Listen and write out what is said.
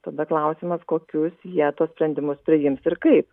tada klausimas kokius jie tuos sprendimus priims ir kaip